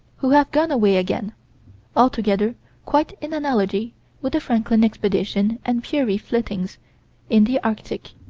who have gone away again altogether quite in analogy with the franklin expedition and peary's flittings in the arctic